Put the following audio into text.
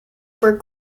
for